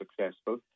successful